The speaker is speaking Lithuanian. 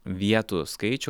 vietų skaičių